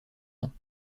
ans